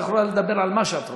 את יכולה לדבר על מה שאת רוצה.